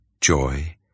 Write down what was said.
joy